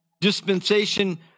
Dispensation